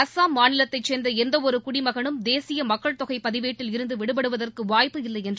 அசாம் மாநிலத்தை சேர்ந்த எந்தவொரு குடிமகனும் தேசிய மக்கள் தொகை பதிவேட்டில் இருந்து விடுபடுவதற்கு வாய்ப்பு இல்லை என்று